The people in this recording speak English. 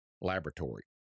laboratory